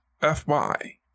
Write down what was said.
FY